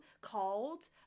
called